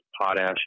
potash